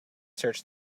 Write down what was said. search